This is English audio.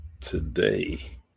today